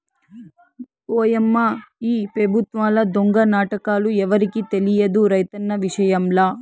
ఓయమ్మా ఈ పెబుత్వాల దొంగ నాటకాలు ఎవరికి తెలియదు రైతన్న విషయంల